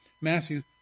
Matthew